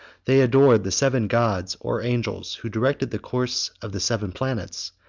they adored the seven gods or angels, who directed the course of the seven planets,